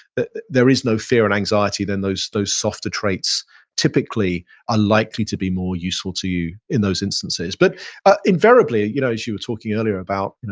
but there is no fear and anxiety then those those softer traits typically are likely to be more useful to you in those instances but invariably, you know as you were talking earlier about, you know